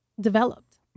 developed